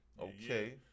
Okay